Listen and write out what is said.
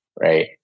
Right